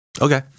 Okay